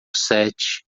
set